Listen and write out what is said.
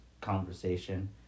conversation